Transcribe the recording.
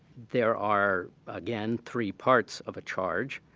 there are again three parts of a charge.